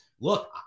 Look